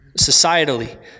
societally